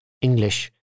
English